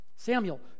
Samuel